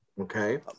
Okay